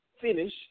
finish